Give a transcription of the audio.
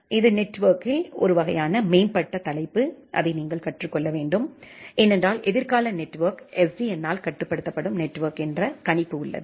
இது நெட்வொர்க்கில் ஒரு வகையான மேம்பட்ட தலைப்பு அதை நீங்கள் கற்றுக் கொள்ள வேண்டும் ஏனென்றால் எதிர்கால நெட்வொர்க் SDN யால் கட்டுப்படுத்தப்படும் நெட்வொர்க் என்று கணிப்பு உள்ளது